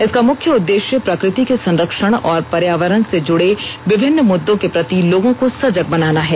इसका मुख्य उद्देश्य प्रकृति के संरक्षण और पर्यावरण से जुड़े विभिन्न मुद्दों के प्रति लोगों को संजग बनाना है